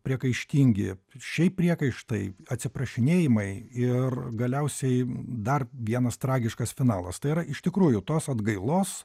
priekaištingi šiaip priekaištai atsiprašinėjimai ir galiausiai dar vienas tragiškas finalas tai yra iš tikrųjų tos atgailos